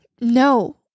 No